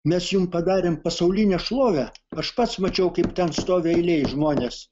mes jum padarėm pasaulinę šlovę aš pats mačiau kaip ten stovi eilėj žmonės